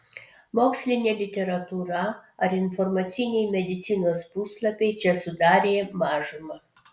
mokslinė literatūra ar informaciniai medicinos puslapiai čia sudarė mažumą